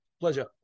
Pleasure